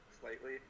slightly